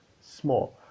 small